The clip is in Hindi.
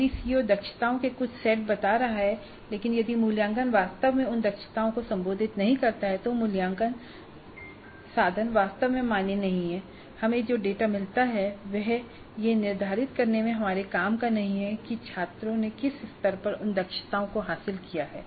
यदि सीओ दक्षताओं के कुछ सेट बता रहा है लेकिन यदि मूल्यांकन वास्तव में है उन दक्षताओं को संबोधित नहीं करता तो मूल्यांकन साधन वास्तव में मान्य नहीं है हमें जो डेटा मिलता है वह यह निर्धारित करने में हमारे काम का नहीं है कि छात्रों ने किस स्तर तक उन दक्षताओं को हासिल किया है